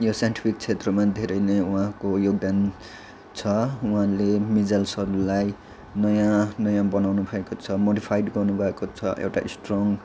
यो साइन्टिफिक क्षेत्रमा धेरै नै उहाँको योगदान छ उहाँले मिसाइल्सहरूलाई नयाँ नयाँ बनाउनुभएको छ मोडिफाइड गर्नु भएको छ एउटा स्ट्रङ